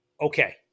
okay